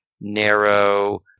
narrow